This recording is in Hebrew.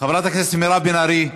חברת הכנסת מירב בן ארי,